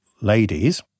ladies